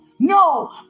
No